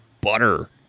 butter